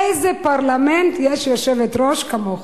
באיזה פרלמנט יש יושבת-ראש כמוך?